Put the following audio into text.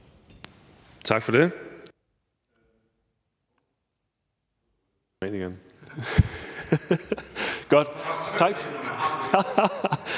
Tak for ordet.